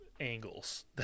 angles